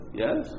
yes